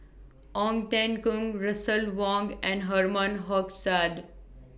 Ong Teng Koon Russel Wong and Herman Hochstadt